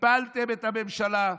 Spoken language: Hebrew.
הפלתם את הממשלה,